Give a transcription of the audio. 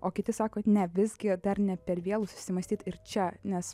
o kiti sako kad ne visgi dar ne per vėlu susimąstyt ir čia nes